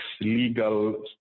legal